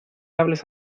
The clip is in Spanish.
hables